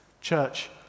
Church